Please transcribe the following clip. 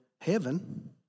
heaven